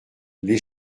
les